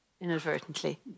inadvertently